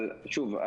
שוב,